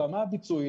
ברמה הביצועית,